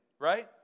Right